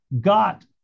got